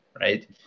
right